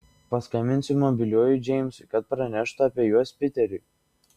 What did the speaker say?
paskambinsiu mobiliuoju džeimsui kad praneštų apie jus piteriui